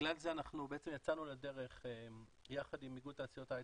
בגלל זה אנחנו בעצם יצאנו לדרך יחד עם איגוד תעשיות ההייטק,